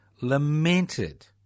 lamented